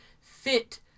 fit